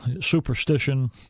superstition